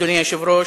אדוני היושב-ראש,